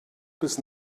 bis